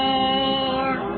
Lord